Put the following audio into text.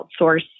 outsource